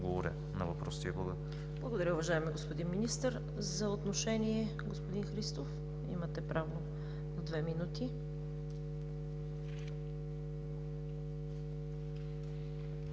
Благодаря, уважаеми господин Министър. За отношение, господин Христов, имате право на две минути.